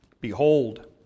Behold